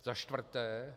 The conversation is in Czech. Za čtvrté.